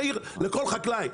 מהיר לכל חקלאי.